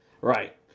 Right